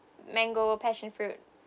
mango passion fruit